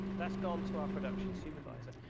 that's gone to our production supervisor.